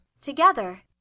together